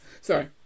Sorry